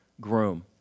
groom